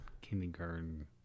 kindergarten